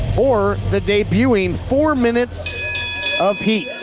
or the debuting four minutes of heat.